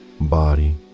body